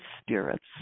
spirits